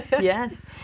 yes